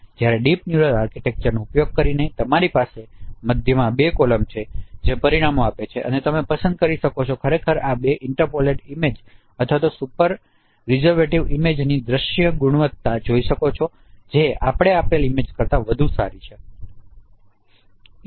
જ્યારે deep neural આર્કિટેક્ચરનો ઉપયોગ કરીને તમારી પાસે આ મધ્યમ બે કોલમ છે જે પરિણામો આપે છે અને તમે પસંદ કરી શકો છો કે તમે ખરેખર આ બે ઇન્ટરપોલેટેડ ઇમેજ અથવા સુપર રિઝર્વેટેડ ઇમેજની દ્રશ્ય ગુણવત્તા જોઈ શકો છો જે આપણે આપેલ ઇમેજ કરતા વધુ સારી છે